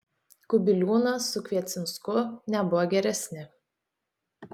kubiliūnas su kviecinsku nebuvo geresni